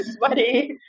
sweaty